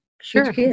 Sure